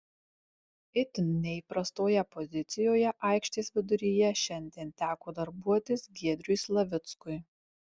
itin neįprastoje pozicijoje aikštės viduryje šiandien teko darbuotis giedriui slavickui